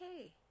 okay